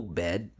bed